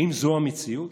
האם זו המציאות?